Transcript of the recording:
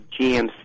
GMC